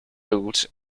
build